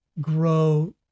grow